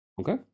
Okay